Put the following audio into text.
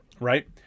Right